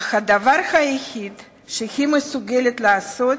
אך הדבר היחיד שהיא מסוגלת לעשות